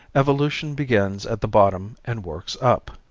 evolution begins at the bottom and works up.